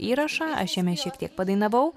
įrašą aš jame šiek tiek padainavau